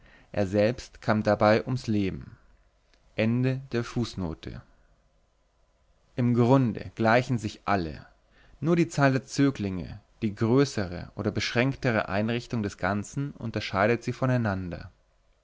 er selbst kam dabei ums leben im grunde gleichen sich alle nur die zahl der zöglinge die größere oder beschränktere einrichtung des ganzen unterscheidet sie voneinander